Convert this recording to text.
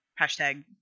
hashtag